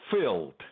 filled